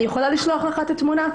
אני יכולה לשלוח לך את התמונה,